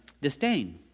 disdain